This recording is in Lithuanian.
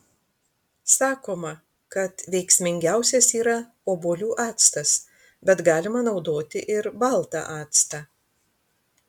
sakoma kad veiksmingiausias yra obuolių actas bet galima naudoti ir baltą actą